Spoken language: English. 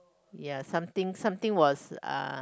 ya something something was uh